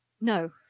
No